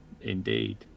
indeed